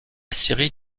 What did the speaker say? scierie